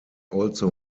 also